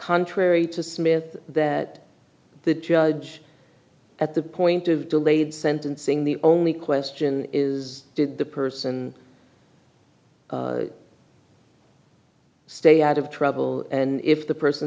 contrary to smith that the judge at the point of delayed sentencing the only question is did the person stay out of trouble and if the person